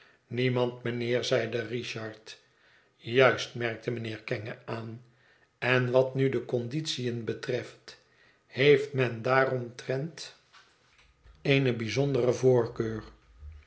niemand mijnheer zeide richard juist merkte mijnheer kenge aan en wat nu de conditiën betreft heeft men daaromtrent eene bijzondere voorkeur